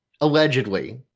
allegedly